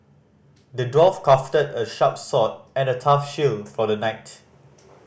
the dwarf crafted a sharp sword and a tough shield for the knight